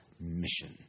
mission